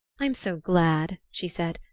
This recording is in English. i'm so glad, she said,